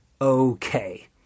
okay